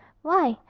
why,